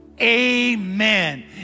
Amen